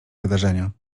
wydarzenia